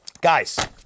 Guys